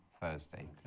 Thursday